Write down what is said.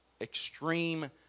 extreme